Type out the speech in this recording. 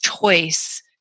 choice